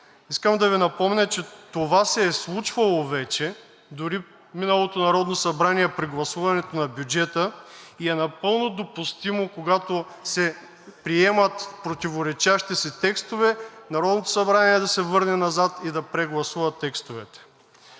искам да Ви напомня, че това се е случвало вече – дори в миналото Народно събрание при гласуването на бюджета, и е напълно допустимо, когато се приемат противоречащи си текстове, Народното събрание да се върне назад и да прегласува текстовете.